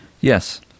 Yes